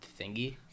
thingy